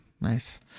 Nice